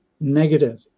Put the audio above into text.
negative